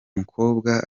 mukobwa